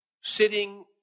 sitting